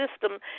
system